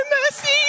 mercy